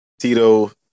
Tito